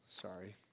Sorry